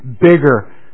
bigger